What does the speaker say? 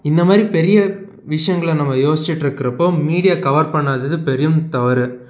இந்த மாதிரி பெரிய விஷங்கள நம்ம யோசிச்சிட்ருக்கறப்போ மீடியா கவர் பண்ணாதது பெரும் தவறு